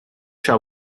shall